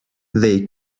they